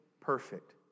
perfect